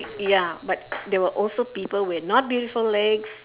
ya but there were also people with not beautiful legs